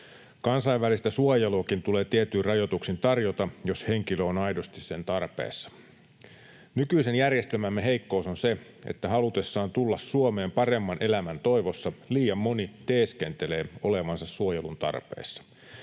Kansainvälistä suojeluakin tulee tietyin rajoituksin tarjota, jos henkilö on aidosti sen tarpeessa. Nykyisen järjestelmämme heikkous on se, että halutessaan tulla Suomeen paremman elämän toivossa liian moni teeskentelee olevansa suojelun tarpeessa.